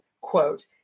quote